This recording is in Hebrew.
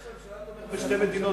ראש הממשלה תומך בשתי מדינות.